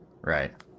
Right